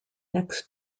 next